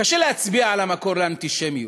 קשה להצביע על המקור לאנטישמיות,